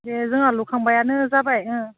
दे जोंहा लुखांबायानो जाबाय